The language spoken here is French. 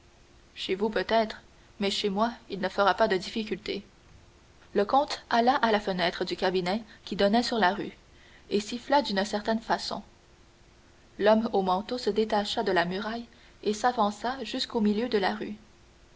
chez vous peut-être mais chez moi il ne fera pas de difficultés le comte alla à la fenêtre du cabinet qui donnait sur la rue et siffla d'une certaine façon l'homme au manteau se détacha de la muraille et s'avança jusqu'au milieu de la rue